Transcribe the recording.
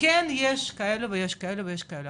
כן יש כאלה ויש כאלה ויש כאלה,